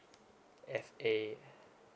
f a